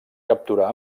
capturar